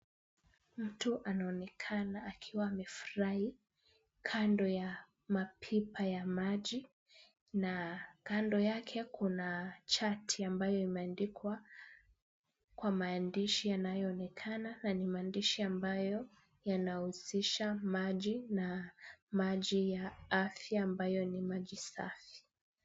Mtu anaonekana akiwa amefurahi kando ya mapipa ya maji na kando yake kuna chati ambayo imeandikwa kwa maandishi yanayoonekana na ni maandishi ambayo yanahusisha maji na maji ya afya ambayo ni maji safi.